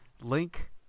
Link